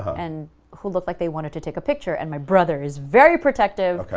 and who looked like they wanted to take a picture, and my brother is very protective,